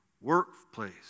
workplace